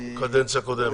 בקדנציה הקודמת?